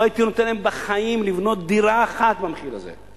לא הייתי נותן להם בחיים לבנות דירה אחת במחיר הזה.